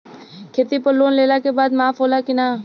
खेती पर लोन लेला के बाद माफ़ होला की ना?